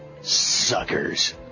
Suckers